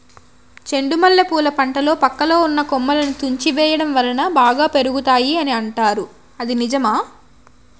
చెండు మల్లె పూల పంటలో పక్కలో ఉన్న కొమ్మలని తుంచి వేయటం వలన బాగా పెరుగుతాయి అని అంటారు ఇది నిజమా?